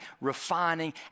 refining